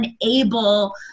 unable